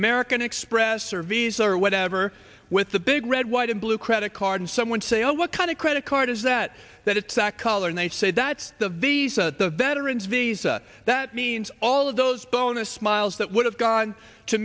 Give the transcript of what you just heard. american express or visa or whatever with the big red white and blue credit card and someone say oh what kind of credit card is that that it's that color and they say that the visa the veteran's visa that means all of those bonus miles that would have gone to